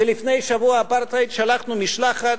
ולפני שבוע האפרטהייד שלחנו משלחת.